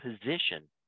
position